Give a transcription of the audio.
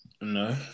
No